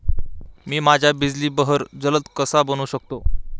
मी माझ्या बिजली बहर जलद कसा बनवू शकतो?